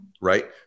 Right